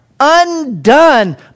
undone